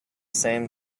same